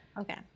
Okay